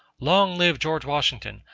long live george washington,